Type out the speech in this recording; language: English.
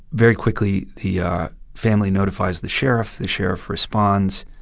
very quickly, the yeah family notifies the sheriff. the sheriff responds,